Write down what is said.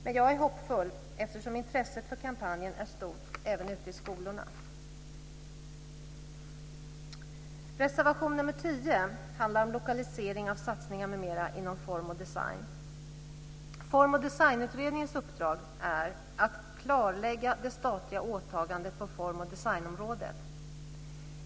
Men jag är hoppfull eftersom intresset för kampanjen är stort även ute i skolorna. Form och designutredningens uppdrag är att klarlägga det statliga åtagandet på form och designområdet.